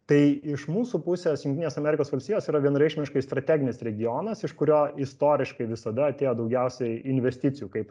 tai iš mūsų pusės jungtinės amerikos valstijos yra vienareikšmiškai strateginis regionas iš kurio istoriškai visada atėjo daugiausiai investicijų kaip